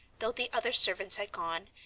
though the other servants had gone,